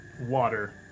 water